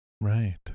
Right